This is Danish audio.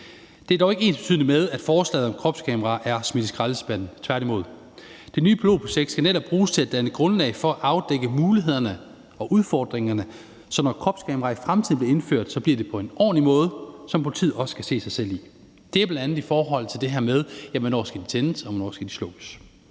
Det er dog ikke ensbetydende med, at forslaget om kropskameraer er smidt i skraldespanden. Tværtimod. Det nye pilotprojekt skal netop bruges til at danne grundlag for at afdække mulighederne og udfordringerne, så når kropskameraer i fremtiden bliver indført, bliver det på en ordentlig måde, som politiet også kan se sig selv i. Det er bl.a. i forhold til det her med, hvornår de skal tændes, og hvornår de skal